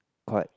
correct